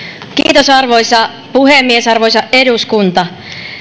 arvoisa arvoisa puhemies arvoisa eduskunta